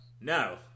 No